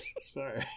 Sorry